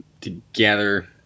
together